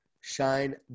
shine